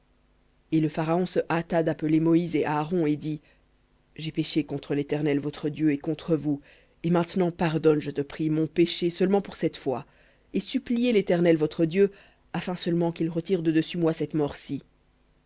et le pharaon se hâta d'appeler moïse et aaron et dit j'ai péché contre l'éternel votre dieu et contre vous et maintenant pardonne je te prie mon péché seulement pour cette fois et suppliez l'éternel votre dieu afin seulement qu'il retire de dessus moi cette mort ci